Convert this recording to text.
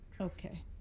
Okay